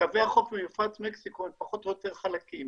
שקווי החוץ ממפרץ מקסיקו הם פחות או יותר חלקים.